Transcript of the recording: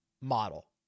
model